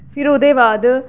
फिर ओह्दे बाद